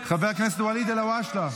חבר הכנסת ואליד אלהואשלה,